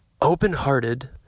open-hearted